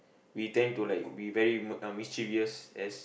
we tend to like we very uh mischievous as